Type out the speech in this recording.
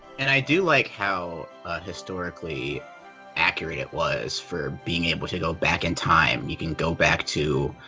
and i do like how historically accurate it was for being able to go back in time. you can go back to,